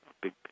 big